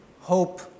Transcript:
hope